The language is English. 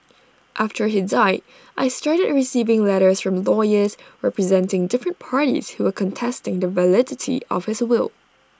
after he died I started receiving letters from lawyers representing different parties who were contesting the validity of his will